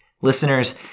listeners